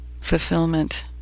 fulfillment